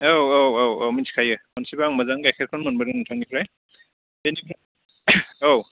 औ औ औ मिथिखायो खोनसेबो मोजां गाइखेरखोनो मोनबोदों आं नोंथांनिफ्राय औ